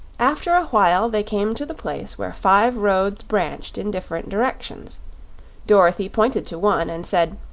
after a while, they came to the place where five roads branched in different directions dorothy pointed to one, and said